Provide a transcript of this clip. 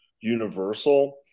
universal